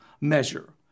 measure